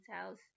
house